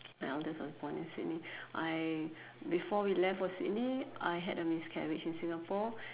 my eldest was born in Sydney I before we left for Sydney I had a miscarriage in Singapore